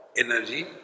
energy